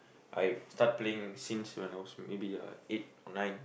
I start playing since when I was maybe like eight or nine